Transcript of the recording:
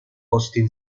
austin